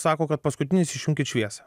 sako kad paskutinis išjunkit šviesą